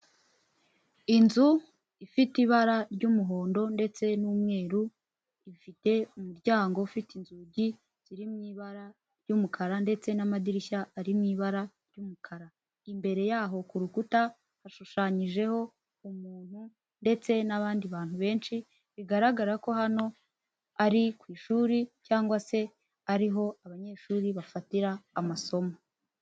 Inzu ifite ibara ry'umuhondo ndetse n'umweru, ifite umuryango ufite inzugi ziri mu ibara ry'umukara ndetse n'amadirishya ari mu ibara ry'umukara. Imbere yaho ku rukuta hashushanyijeho umuntu ndetse n'abandi bantu benshi, bigaragara ko hano ari ku ishuri cyangwa se ariho abanyeshuri bafatira amasomo.